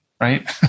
right